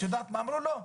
את יודעת מה אמרו לו?